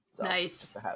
Nice